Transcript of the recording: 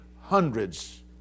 hundreds